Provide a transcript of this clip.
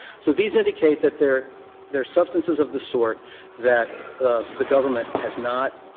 so these indicate that they're they're substances of the sort that the the government has not